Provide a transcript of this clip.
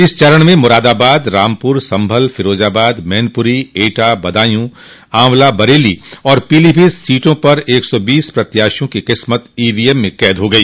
इस चरण में मुरादाबाद रामपुर संभल फिरोजाबाद मैनपुरी एटा बदायूं आंवला बरेली और पीलीभीत सीटों पर एक सौ बीस प्रत्याशियों की किस्मत ईवीएम में कैद हो गई